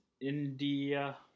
India